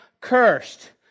cursed